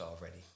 already